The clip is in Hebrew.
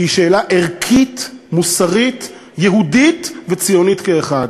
שהיא שאלה ערכית, מוסרית, יהודית וציונית כאחד.